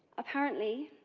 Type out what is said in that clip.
apparently,